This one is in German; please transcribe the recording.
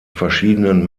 verschiedenen